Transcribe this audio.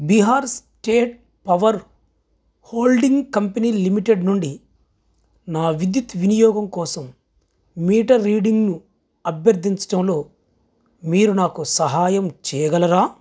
Bihar state power holding company limited నుండి నా విద్యుత్ వినియోగం కోసం మీటర్ రీడింగ్ను అభ్యర్థించటంలో మీరు నాకు సహాయం చేయగలరా